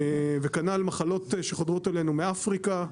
וכנ"ל מחלות שחוזרות אלינו מאפריקה,